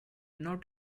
not